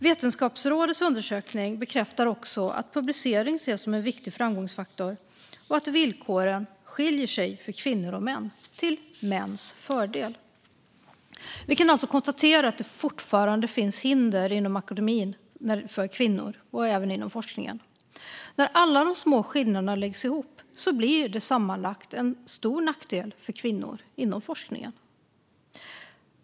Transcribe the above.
Vetenskapsrådets undersökning bekräftar också att publicering ses som en viktig framgångsfaktor och att villkoren skiljer sig mellan kvinnor och män till mäns fördel. Vi kan alltså konstatera att det fortfarande finns hinder inom akademin och även inom forskningen för kvinnor. När alla de små skillnaderna läggs ihop blir det sammanlagt en stor nackdel för kvinnor inom forskningen.